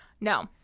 No